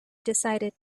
decided